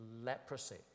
leprosy